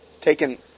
taken